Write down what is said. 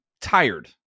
tired